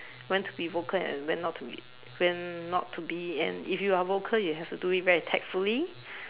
when to be vocal and when not to be when not to be and if you are vocal you have to do it very tactfully